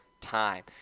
time